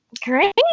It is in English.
Great